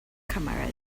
cameras